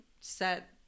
set